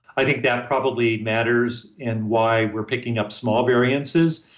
i think that probably matters in why we're picking up small variances.